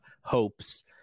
hopes